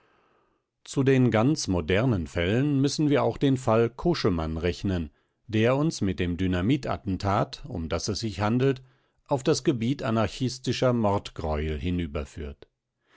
zu den ganz modernen fällen müssen wir auch den fall koschemann rechnen der uns mit dem dynamitattentat um das es sich handelt auf das gebiet anarchistischer mordgreuel